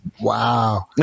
wow